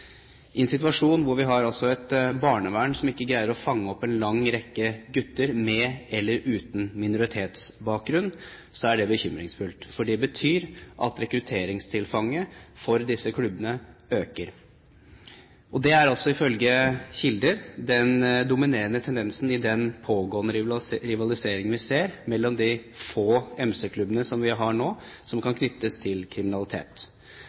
I en situasjon hvor vi har et barnevern som ikke greier å fange opp en lang rekke gutter med eller uten minoritetsbakgrunn, er det bekymringsfullt, for det betyr at rekrutteringstilfanget for disse klubbene øker. Det er ifølge kilder den dominerende tendensen i den pågående rivaliseringen vi ser mellom de få MC-klubbene vi har nå som kan knyttes til kriminalitet.